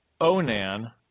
Onan